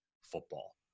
football